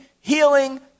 healing